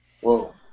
Whoa